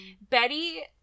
Betty